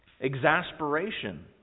Exasperation